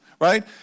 right